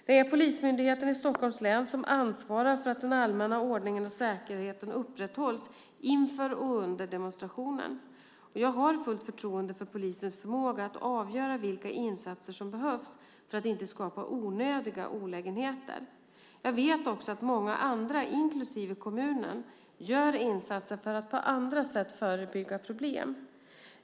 Det är Polismyndigheten i Stockholms län som ansvarar för att den allmänna ordningen och säkerheten upprätthålls inför och under demonstrationen. Jag har fullt förtroende för polisens förmåga att avgöra vilka insatser som behövs för att inte skapa onödiga olägenheter. Jag vet också att många andra, inklusive kommunen, gör insatser för att på annat sätt förebygga problem.